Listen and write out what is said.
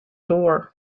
door